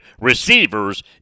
receivers